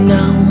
Now